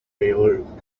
taylor